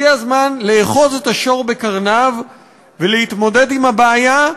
הגיע הזמן לאחוז את השור בקרניו ולהתמודד עם הבעיה,